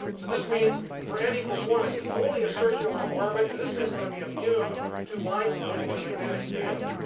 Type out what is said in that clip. so this means for n equals one, it's only a circular orbit and this thing is going to be immune to line splitting in a magnetic field.